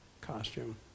costume